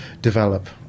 develop